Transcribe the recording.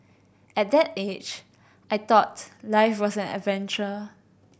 at that age I thought life was an adventure